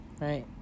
right